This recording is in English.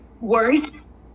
Worse